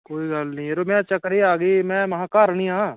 चलो कोई गल्ल निं यरो में चक्कर एह् निहां की में घर निहां